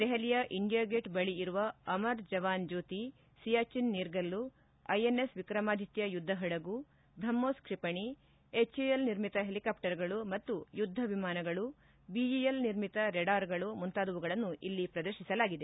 ದೆಹಲಿಯ India Gate ಬಳಿ ಇರುವ ಅಮರ್ ಜವಾನ್ ಜ್ಯೋತಿ ಸಿಯಾಚಿನ್ ನೀರ್ಗಲ್ಲು ಐಎನ್ಎಸ್ ವಿಕ್ರಮಾದಿತ್ಯ ಯುದ್ಧ ಪಡಗು ಬ್ರಹ್ಮೋಸ್ ಕ್ಷಿಪಣಿ ಎಚ್ ಎ ಎಲ್ ನಿರ್ಮಿತ ಹೆಲಿಕಾಪ್ಟರ್ಗಳು ಮತ್ತು ಯುದ್ದ ವಿಮಾನಗಳು ಬಿಇಎಲ್ ನಿರ್ಮಿತ ರೇಡಾರ್ಗಳು ಮುಂತಾದವುಗಳನ್ನು ಇಲ್ಲಿ ಪ್ರದರ್ತಿಸಲಾಗಿದೆ